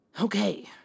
Okay